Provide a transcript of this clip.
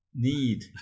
need